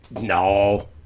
No